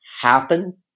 happen